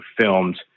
filmed